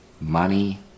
money